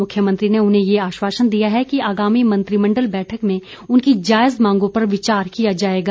मुख्यमंत्री ने उन्हें ये आश्वासन दिया है कि आगामी मंत्रिमण्डल बैठक में उनकी जायज मांगों पर विचार किया जाएगा